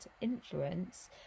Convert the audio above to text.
influence